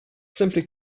simply